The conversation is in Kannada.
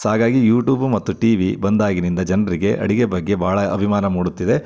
ಸೊ ಹಾಗಾಗಿ ಯೂಟೂಬು ಮತ್ತು ಟಿ ವಿ ಬಂದಾಗಿನಿಂದ ಜನರಿಗೆ ಅಡಿಗೆ ಬಗ್ಗೆ ಭಾಳ ಅಭಿಮಾನ ಮೂಡುತ್ತಿದೆ